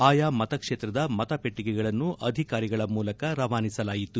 ಆಯಾ ಮತಕ್ಷೇತ್ರದ ಮತಪಟ್ಟಗೆಗಳನ್ನು ಅಧಿಕಾರಿಗಳ ಮೂಲಕ ರವಾನಿಸಲಾಯಿತು